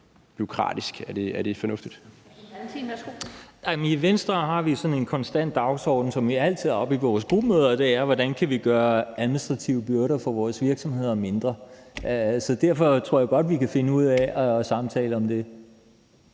Valentin (V): I Venstre har vi en konstant dagsorden, som vi altid har oppe på vores gruppemøder, og det er, hvordan vi kan gøre administrative byrder for vores virksomheder mindre. Derfor tror jeg godt, vi kan finde ud af at samtale om det.